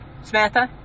Samantha